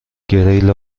گریل